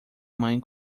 mãe